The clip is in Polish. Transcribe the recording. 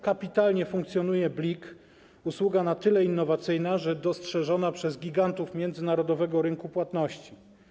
Kapitalnie funkcjonuje Blik, usługa na tyle innowacyjna, że dostrzeżona przez gigantów międzynarodowego rynku płatności.